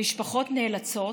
המשפחות נאלצות